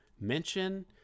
mention